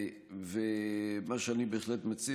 מה שאני מציע בהחלט,